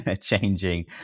changing